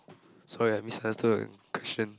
sorry I misunderstood the question